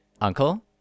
uncle